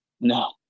No